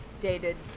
dated